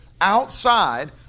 outside